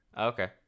Okay